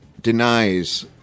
Denies